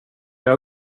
jag